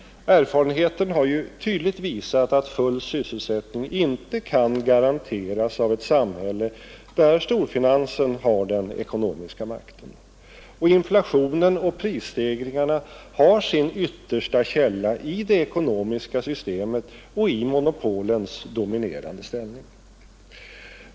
Erfarenheten har ju tydligt visat att full sysselsättning inte kan garanteras i ett samhälle där storfinansen har den ekonomiska makten. Inflationen och prisstegringarna har sin yttersta källa i det ekonomiska systemet och i monopolens dominerande ställning.